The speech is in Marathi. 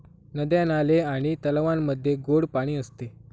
नद्या, नाले आणि तलावांमध्ये गोड पाणी असते